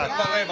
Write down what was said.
מהשק.